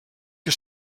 que